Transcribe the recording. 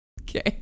Okay